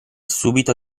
subito